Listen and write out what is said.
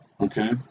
Okay